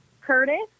Curtis